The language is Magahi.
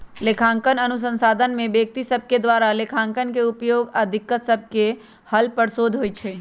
लेखांकन अनुसंधान में व्यक्ति सभके द्वारा लेखांकन के उपयोग आऽ दिक्कत सभके हल पर शोध होइ छै